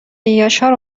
یاشار